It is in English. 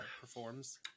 performs